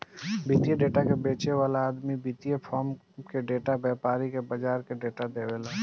वित्तीय डेटा के बेचे वाला आदमी वित्तीय फार्म के डेटा, व्यापारी के बाजार के डेटा देवेला